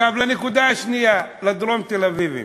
עכשיו לנקודה השנייה, לדרום-תל-אביבים.